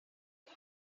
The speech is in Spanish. que